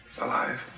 Alive